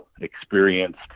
experienced